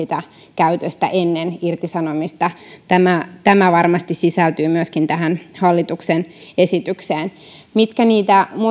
käytöstä ennen irtisanomista tämä varmasti sisältyy myöskin tähän hallituksen esitykseen mitkä niitä